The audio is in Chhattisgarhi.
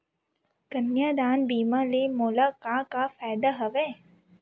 कन्यादान बीमा ले मोला का का फ़ायदा हवय?